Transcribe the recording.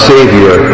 Savior